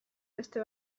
beste